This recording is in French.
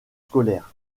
scolaires